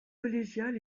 collégiale